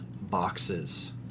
boxes